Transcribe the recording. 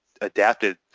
adapted